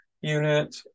unit